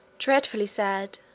dreadfully sad!